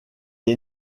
est